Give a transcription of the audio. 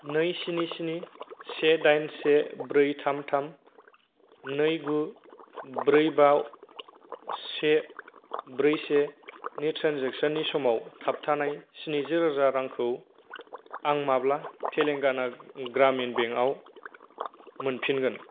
नै स्नि स्नि से दाइन से ब्रै थाम थाम नै गु ब्रै बा से ब्रै से नि ट्रेन्जेकसननि समाव थाबथानाय स्निजिरोजा रांखौ आं माब्ला तेलांगाना ग्रामिन बेंक आव मोनफिनगोन